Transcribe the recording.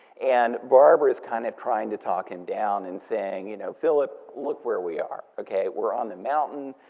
and barbara's kind of trying to talk him down and saying, you know, philip, look where we are, okay? we're on the mountain,